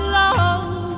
love